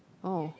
oh